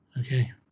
okay